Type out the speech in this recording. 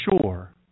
sure